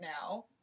now